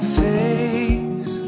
face